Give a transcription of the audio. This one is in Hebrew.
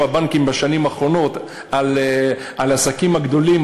הבנקים בשנים האחרונות על העסקים הגדולים,